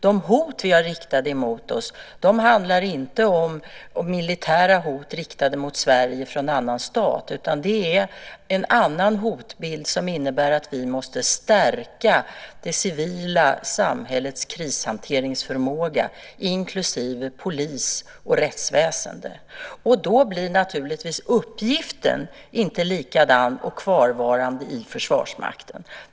De hot som vi har riktade mot oss är inte militära hot riktade mot Sverige från en annan stat utan vi har en annan hotbild, som innebär att vi måste stärka det civila samhällets krishanteringsförmåga, inklusive polis och rättsväsende. Då blir naturligtvis inte uppgiften likadan och kvarvarande i Försvarsmakten.